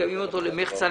מקיימים אותו למחצה,